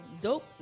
dope